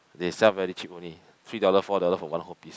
they sell very cheap only three dollar four dollar for one whole piece